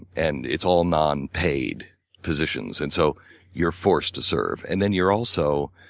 and it's all non paid positions. and so you're forced to serve. and then you're also